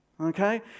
Okay